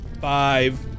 five